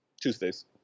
Tuesdays